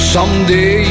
Someday